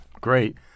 great